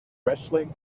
wrestling